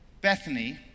Bethany